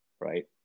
Right